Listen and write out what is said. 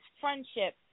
friendship